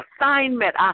Assignment